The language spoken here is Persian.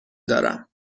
دارم